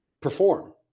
perform